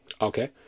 okay